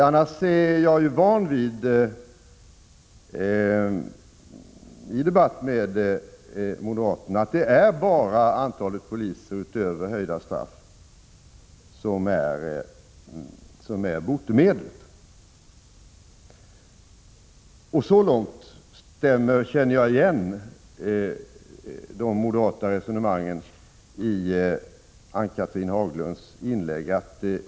Annars är jag van vid i debatter med moderaterna att det bara är antalet poliser utöver skärpta straff som är botemedlet. Så långt känner jag igen de moderata resonemangen i Ann-Cathrine Haglunds inlägg.